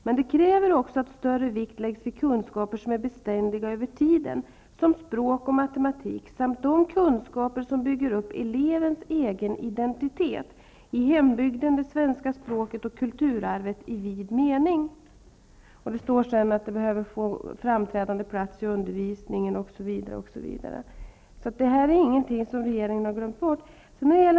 Men det kräver också att större vikt läggs vid kunskaper som är beständiga över tiden som språk och matematik samt de kunskaper som bygger upp elevens egen identitet i hembygden, det svenska språket och kulturarvet i vid mening. Det står att detta behöver få en framträdande plats i undervisningen osv. Det här är ingenting som regeringen har glömt bort.